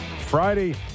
Friday